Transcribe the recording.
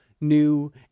new